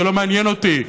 זה לא מעניין אותי.